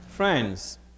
Friends